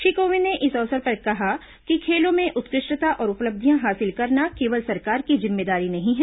श्री कोविंद ने इस अवसर पर कहा कि खेलों में उत्कृ ष्टता और उपलब्धियां हासिल करना केवल सरकार की जिम्मेदारी नहीं है